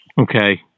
Okay